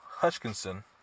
Hutchinson